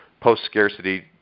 post-scarcity